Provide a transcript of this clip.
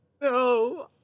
No